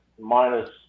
minus